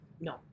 No